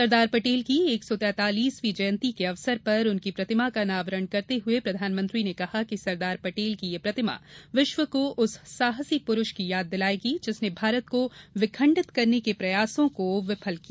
सरदार पटेल की एक सौ तेंतालीसवीं जयंती के अवसर पर उनकी प्रतिमा का अनावरण करते हुए प्रधानमंत्री ने कहा कि सरदार पटेल की यह प्रतिमा विश्व को साहसी पुरूष की याद दिलायेगी जिसने भारत को विखंडित करने के प्रयासों को विफल किया